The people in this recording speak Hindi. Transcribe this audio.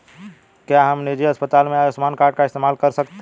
क्या हम निजी अस्पताल में आयुष्मान कार्ड का इस्तेमाल कर सकते हैं?